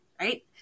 Right